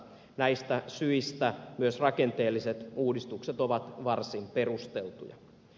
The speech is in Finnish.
näistä syistä myös rakenteelliset uudistukset ovat varsin perusteltuja